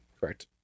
correct